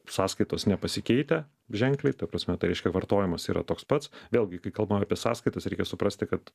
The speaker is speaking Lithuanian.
sąskaitos nepasikeitę ženkliai ta prasme tai reiškia vartojimas yra toks pats vėlgi kai kalbam apie sąskaitas reikia suprasti kad